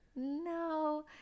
No